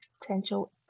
potential